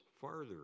farther